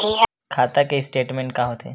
खाता के स्टेटमेंट का होथे?